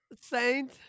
Saint